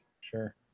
sure